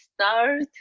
start